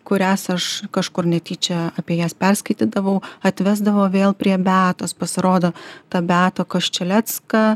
kurias aš kažkur netyčia apie jas perskaitydavau atvesdavo vėl prie beatos pasirodo ta beata koščelecka